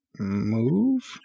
Move